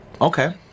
Okay